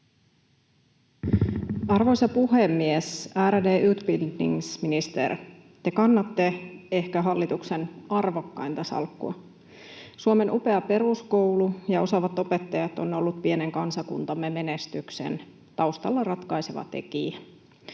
Arvoisa puhemies! Ärade utbildningsminister, te kannatte ehkä hallituksen arvokkainta salkkua. Suomen upea peruskoulu ja osaavat opettajat ovat olleet pienen kansakuntamme menestyksen taustalla ratkaiseva tekijä.